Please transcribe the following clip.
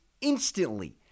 instantly